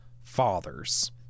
fathers